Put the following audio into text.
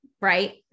right